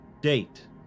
Date